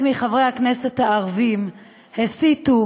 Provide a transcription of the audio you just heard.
חלק מחברי הכנסת הערבים הסיתו,